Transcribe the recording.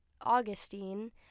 Augustine